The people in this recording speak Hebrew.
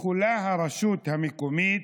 יכולה הרשות המקומית,